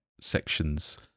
sections